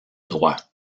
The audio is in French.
droit